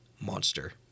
monster